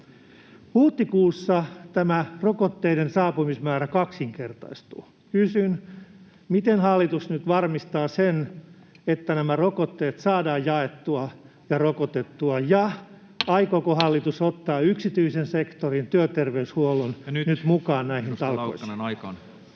Huhtikuussa tämä rokotteiden saapumismäärä kaksinkertaistuu. Kysyn: miten hallitus nyt varmistaa sen, että nämä rokotteet saadaan jaettua ja rokotettua, ja aikooko hallitus ottaa yksityisen sektorin, työterveyshuollon nyt mukaan näihin talkoisiin?